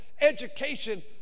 education